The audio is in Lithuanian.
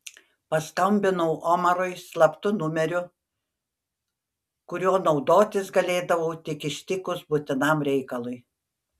paskambinau omarui slaptu numeriu kuriuo naudotis galėdavau tik ištikus būtinam reikalui